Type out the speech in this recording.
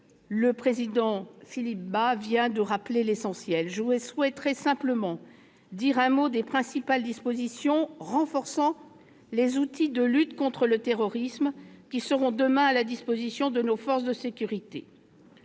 le président Philippe Bas vient d'en rappeler l'essentiel. Je souhaiterais simplement dire un mot des principales dispositions renforçant les outils de lutte contre le terrorisme qui seront demain à la disposition de nos forces de sécurité.